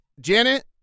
Janet